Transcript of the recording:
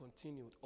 continued